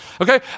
okay